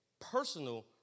personal